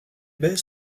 baies